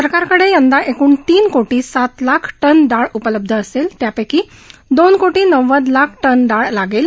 सरकारकडे यंदा एकूण तीन कोटी सात लाख टन डाळ उपलब्ध असेल त्यापैकी दोन कोटी नव्वद लाख टन डाळ लागेल